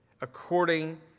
according